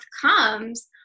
comes